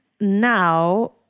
now